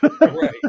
Right